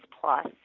plus